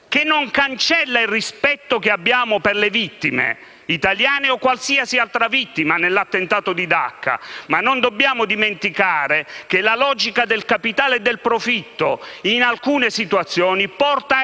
che non cancella il rispetto che abbiamo per le vittime italiane o qualsiasi altra vittima nell'attentato di Dacca. Non dobbiamo, però, dimenticare che la logica del capitale e del profitto in alcune situazioni porta